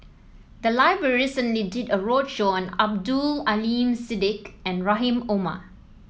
the library recently did a roadshow on Abdul Aleem Siddique and Rahim Omar